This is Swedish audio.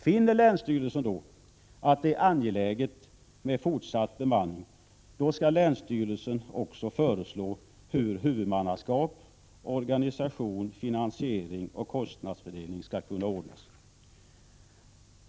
Finner länsstyrelsen då att det är angeläget med fortsatt bemanning, skall länsstyrelsen också föreslå hur huvudmannaskap, organisation, finansiering och kostnadsfördelning skall kunna ordnas.